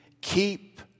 keep